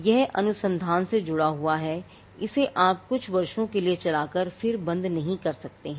यह अनुसंधान से जुड़ा हुआ है इसे आप कुछ वर्षों के लिए चला कर फिर बंद नहीं कर सकते हैं